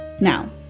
Now